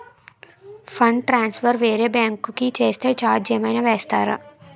Fund transfer వేరే bank కి చేస్తే ఛార్జ్ ఏమైనా వేస్తారా?